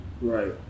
right